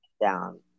down